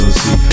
see